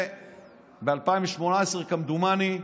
ב-2018, כמדומני,